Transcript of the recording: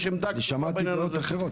אני שמעתי גם דעות אחרות